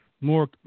more